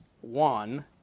one